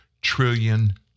trillion